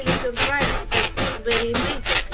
and surprise because food's very amazing.